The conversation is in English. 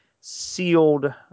sealed